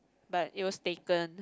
but it was taken